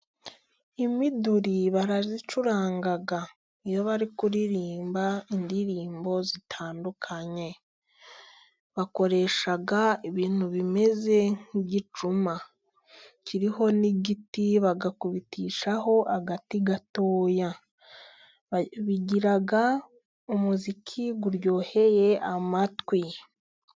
Imiduri barayicuranga， iyo bari kuririmba indirimbo zitandukanye. Bakoresha ibintu bimeze nk'igicuma kiriho n'igiti，bagakubitishaho agati gatoya，bigira umuziki uryoheye amatwi.